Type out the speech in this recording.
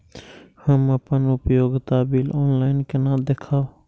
हम अपन उपयोगिता बिल ऑनलाइन केना देखब?